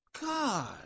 God